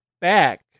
back